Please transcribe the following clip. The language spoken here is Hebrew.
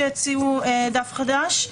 כפי שהציעה דף חדש,